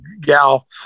gal